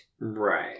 Right